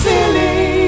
Silly